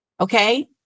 Okay